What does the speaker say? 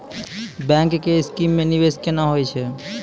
Bank के scheme मे निवेश केना होय छै?